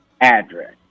address